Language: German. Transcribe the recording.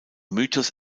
mythos